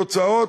תוצאות,